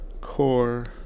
Core